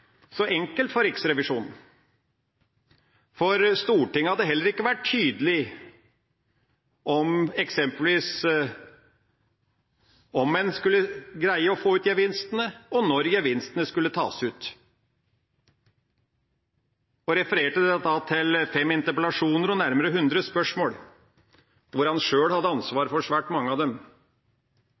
så enkelt for Riksrevisjonen, for Stortinget hadde heller ikke vært tydelig på eksempelvis om en skulle greie å få ut gevinstene, og når gevinstene skulle tas ut. Han refererte til fem interpellasjoner og nærmere 100 spørsmål, hvor han sjøl hadde ansvaret for svært mange av dem.